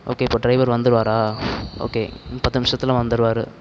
okay இப்போது driver வந்துடுவாரா okay இன்னும் பத்து நிமிஷத்துல வந்துவிடுவாரு